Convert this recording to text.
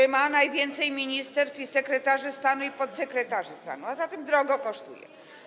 Że ma najwięcej ministerstw, sekretarzy stanu i podsekretarzy stanu, a zatem drogo kosztuje?